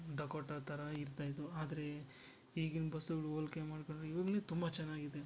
Dakota ಥರ ಇರ್ತಾ ಇದ್ದವು ಆದರೆ ಈಗಿನ ಬಸ್ಸುಗಳು ಹೋಲ್ಕೆ ಮಾಡ್ಕೊಂಡ್ರೆ ಇವಾಗಲೇ ತುಂಬ ಚೆನ್ನಾಗಿದೆ